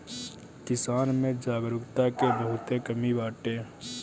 किसान में जागरूकता के बहुते कमी बाटे